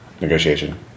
negotiation